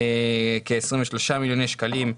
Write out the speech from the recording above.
כ-23 מיליוני שקלים,